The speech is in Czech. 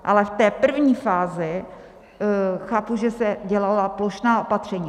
Ale v té první fázi chápu, že se dělala plošná opatření.